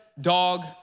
dog